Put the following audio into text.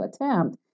attempt